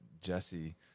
Jesse